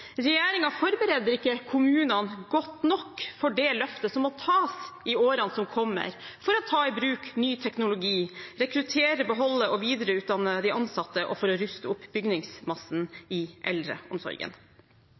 forbereder ikke kommunene godt nok for det løftet som må tas i årene som kommer, for å ta i bruk ny teknologi, rekruttere, beholde og videreutdanne de ansatte og for å ruste opp